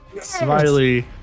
Smiley